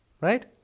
Right